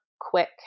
quick